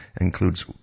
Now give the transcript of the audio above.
includes